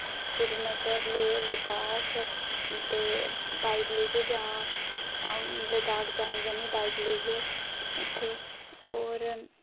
सिरीनगर लेह लद्दाख ते बाइक लेइयै जां अ'ऊं लदाख जाना चाह्न्नीं बाइक लेइयै उत्थै और